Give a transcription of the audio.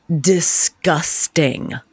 disgusting